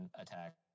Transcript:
attack